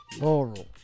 Laurel